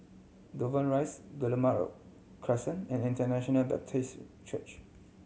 Dover Rise Guillemard Crescent and International Baptist Church